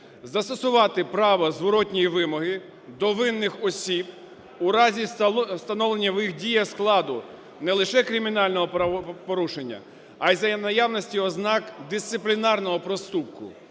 застосувати право зворотної вимоги до винних осіб у разі встановлення в їх діях складу не лише кримінального правопорушення, а й за наявності ознак дисциплінарного проступку